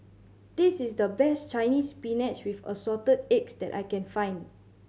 this is the best Chinese Spinach with Assorted Eggs that I can find